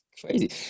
crazy